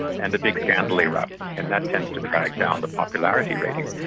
and a big scandal erupts, and that tends to drag down the popularity ratings.